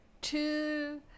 two